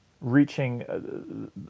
reaching